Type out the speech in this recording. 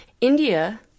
India